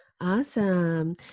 Awesome